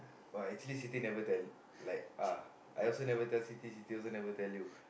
why actually Siti never tell like ah I also never tell Siti Siti also never tell you